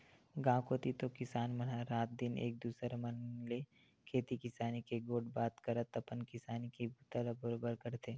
गाँव कोती तो किसान मन ह रात दिन एक दूसर मन ले खेती किसानी के गोठ बात करत अपन किसानी के बूता ला बरोबर करथे